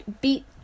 beat